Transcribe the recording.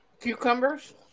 Cucumbers